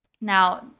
now